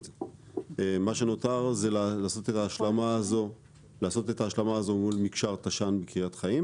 מה שנותר זה לעשות את ההשלמה מול מקשר תש"נ בקריית חיים